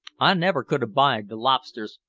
i never could abide the lobsters.